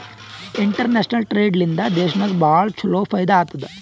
international trade ಲಿಂದಾ ದೇಶನಾಗ್ ಭಾಳ ಛಲೋ ಫೈದಾ ಆತ್ತುದ್